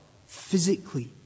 physically